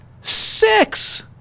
six